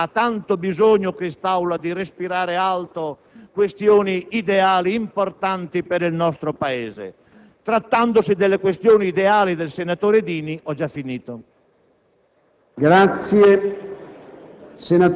trattandosi di questioni ideali - e quest'Aula ha tanto bisogno di respirare alto - importanti per il nostro Paese; trattandosi delle questioni ideali del senatore Dini, ho già finito.